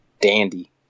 dandy